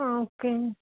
okay